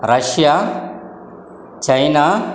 Russia China